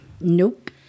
Nope